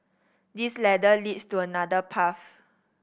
this ladder leads to another path